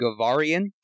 Gavarian